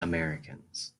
americans